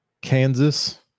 Kansas